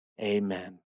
amen